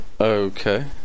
Okay